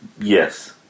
Yes